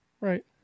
Right